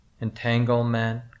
entanglement